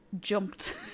jumped